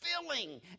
filling